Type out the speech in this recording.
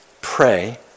pray